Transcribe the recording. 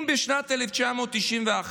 בשנת 1991,